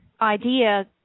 idea